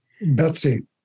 Betsy